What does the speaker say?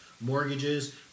mortgages